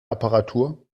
apparatur